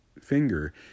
finger